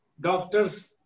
doctor's